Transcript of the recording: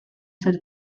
ser